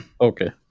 Okay